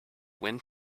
wind